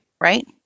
right